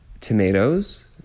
tomatoes